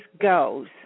goes